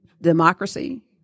democracy